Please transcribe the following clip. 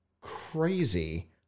Crazy